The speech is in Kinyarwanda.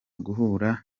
guhura